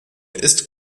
ist